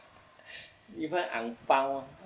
even ang pow ah